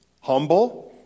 Humble